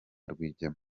rwigema